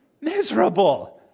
Miserable